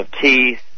teeth